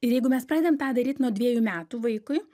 ir jeigu mes pradedam tą daryt nuo dviejų metų vaikui